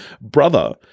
brother